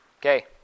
Okay